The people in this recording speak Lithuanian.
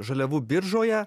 žaliavų biržoje